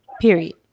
Period